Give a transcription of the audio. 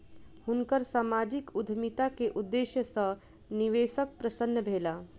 हुनकर सामाजिक उद्यमिता के उदेश्य सॅ निवेशक प्रसन्न भेला